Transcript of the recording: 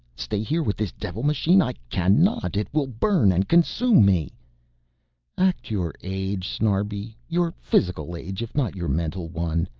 stay here with this devil machine? i cannot! it will burn and consume me act your age, snarbi, your physical age if not your mental one.